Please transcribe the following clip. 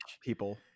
people